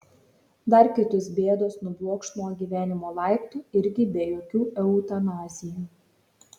dar kitus bėdos nublokš nuo gyvenimo laiptų irgi be jokių eutanazijų